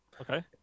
Okay